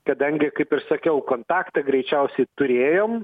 kadangi kaip ir sakiau kontaktą greičiausiai turėjom